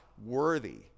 worthy